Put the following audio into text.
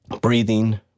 breathing